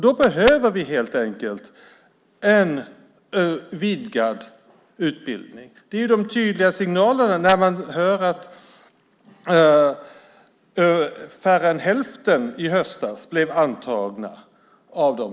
Då behöver vi en vidgad utbildning. Det är de tydliga signalerna: Vi hör att färre än hälften av dem som sökte i höstas blev antagna.